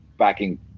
backing